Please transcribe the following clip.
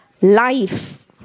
life